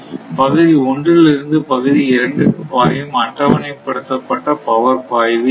பகுதி ஒன்றில் இருந்து பகுதி 2 க்கு பாயும் அட்டவணைப்படுத்தப்பட்ட பவர் பாய்வு என்ன